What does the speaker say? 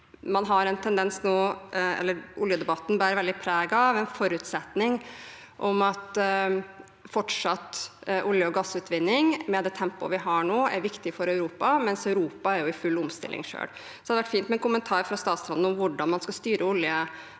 oljedebatten nå bærer veldig preg av en forutsetning om at fortsatt olje- og gassutvinning med det tempoet vi har nå, er viktig for Europa – mens Europa er i full omstilling selv. Det hadde vært fint med en kommentar fra statsråden om hvordan man skal styre olje-